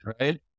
right